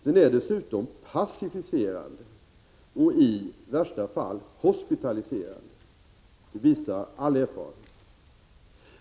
Den är dessutom passiviserande och i värsta fall hospitaliserande — det visar all erfarenhet.